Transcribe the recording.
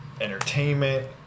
entertainment